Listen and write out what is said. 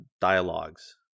dialogues